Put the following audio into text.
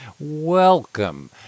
welcome